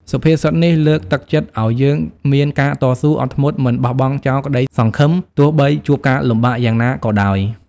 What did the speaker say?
សុភាសិតនេះលើកទឹកចិត្តឱ្យយើងមានការតស៊ូ អត់ធ្មត់ មិនបោះបង់ចោលក្តីសង្ឃឹម ទោះបីជួបការលំបាកយ៉ាងណាក៏ដោយ។